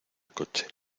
coche